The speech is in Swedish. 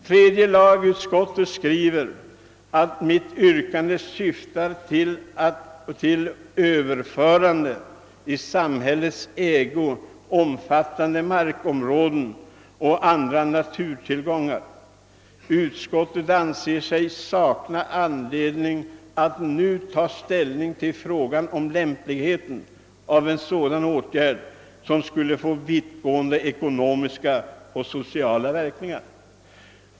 Tredje lagutskottet skriver att mitt yrkande »syftar till överförande i samhällets ägo av omfattande markområden och andra naturtillgångar», och det anser sig »sakna anledning att nu ta ställning till frågan om lämpligheten av en sådan åtgärd, som skulle få vittgående ekonomiska och sociala verkningar».